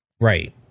Right